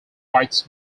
writes